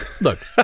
look